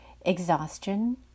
exhaustion